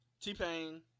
T-Pain